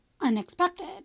unexpected